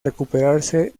recuperarse